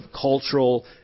cultural